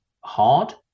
hard